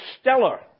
stellar